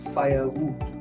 firewood